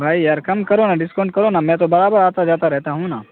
بھائی یار کم کرو نا ڈسکاؤنٹ کرو نا میں تو بار بار آتا جاتا رہتا ہوں نا